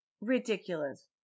ridiculous